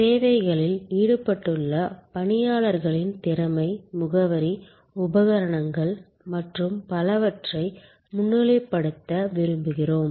சேவைகளில் ஈடுபட்டுள்ள பணியாளர்களின் திறமை முகவரி உபகரணங்கள் மற்றும் பலவற்றை முன்னிலைப்படுத்த விரும்புகிறோம்